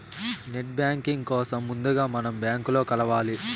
net banking కోసం ముందుగా మనం బ్యాంకులో కలవాలి